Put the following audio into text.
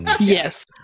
Yes